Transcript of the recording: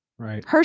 Right